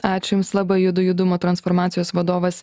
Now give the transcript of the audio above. ačiū jums labai judu judumo transformacijos vadovas